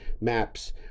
maps